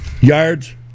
Yards